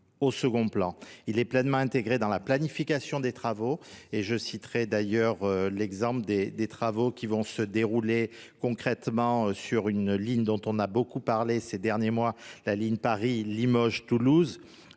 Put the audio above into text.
Il est pleinement intégré dans la planification des travaux et je citerai d'ailleurs l'exemple des travaux qui vont se dérouler concrètement sur une ligne dont on a beaucoup parlé ces derniers mois, la ligne Paris, Limoges, Toulouse,